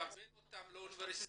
בקבלה באוניברסיטאות,